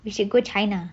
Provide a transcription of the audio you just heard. we should go china